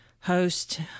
host